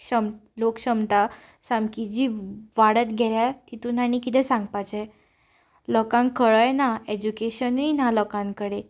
शम लोकक्षमता सामकी जी वाडत घेल्या तितूंत आनी कितें सांगपाचें लोकांक कळय ना एज्युकेशनय ना लोकां कडेन